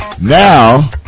Now